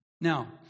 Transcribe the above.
now